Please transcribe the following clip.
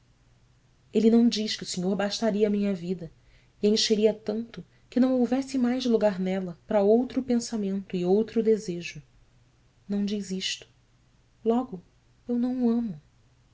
ele não diz que o senhor bastaria à minha vida e a encheria tanto que não houvesse mais lugar nela para outro pensamento e outro desejo não diz isto logo eu não o amo